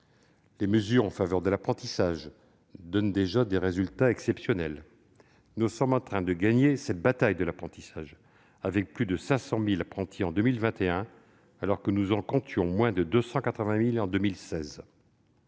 Les mesures en faveur de l'apprentissage donnent déjà des résultats exceptionnels. Nous sommes en train de gagner cette bataille de l'apprentissage, avec plus de 500 000 apprentis en 2021, alors que nous en comptions moins de 280 000 en 2016.